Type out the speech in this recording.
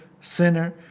sinner